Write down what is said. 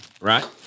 Right